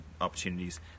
opportunities